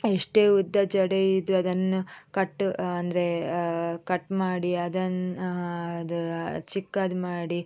ಎಷ್ಟೇ ಉದ್ದ ಜಡೆ ಇದ್ದರು ಅದನ್ನು ಕಟ್ಟು ಅಂದರೆ ಕಟ್ ಮಾಡಿ ಅದನ್ನು ಅದು ಚಿಕ್ಕದು ಮಾಡಿ